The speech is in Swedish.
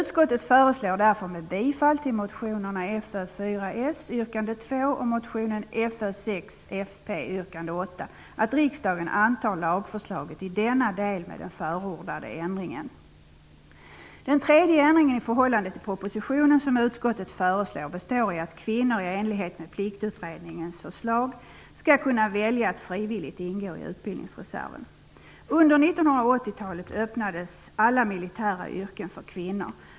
Den tredje ändringen som utskottet förslår i förhållande till propositionen består i att kvinnor i enlighet med Pliktutredningens förslag skall kunna välja att frivilligt ingå i utbildningsreserven. Under 1980-talet öppnades alla militära yrken för kvinnor.